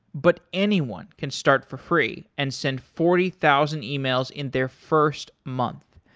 but anyone can start for free and send forty thousand emails in their first month.